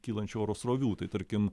kylančio oro srovių tai tarkim